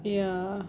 ya